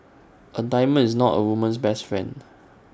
A diamond is not A woman's best friend